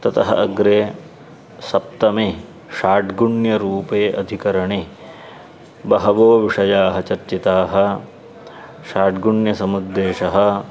ततः अग्रे सप्तमे षाड्गुण्यरूपे अधिकरणे बहवो विषयाः चर्चिताः षाड्गुण्यसमुद्देशः